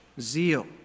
zeal